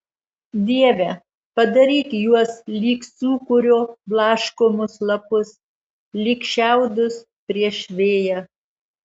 dieve padaryk juos lyg sūkurio blaškomus lapus lyg šiaudus prieš vėją